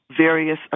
Various